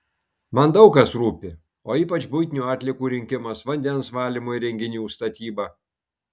man daug kas rūpi o ypač buitinių atliekų rinkimas vandens valymo įrenginių statyba